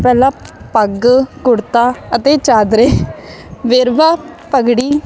ਪਹਿਲਾਂ ਪੱਗ ਕੁੜਤਾ ਅਤੇ ਚਾਦਰੇ ਵੇਰਵਾ ਪੱਗੜੀ